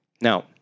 Now